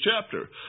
chapter